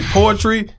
poetry